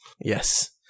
Yes